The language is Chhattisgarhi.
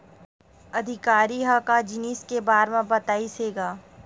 अधिकारी ह का जिनिस के बार म बतईस हे गा?